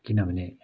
किनभने